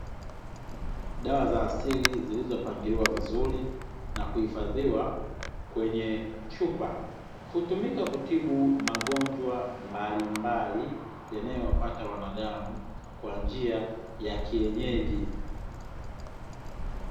Dawa za asili zilizopangiliwa vizuri na kuhifadhiwa kwenye chupa, hutumika kutibu magonjwa mbalimbali yanayowapata wanadamu kwa njia ya kienyeji.